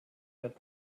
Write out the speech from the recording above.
that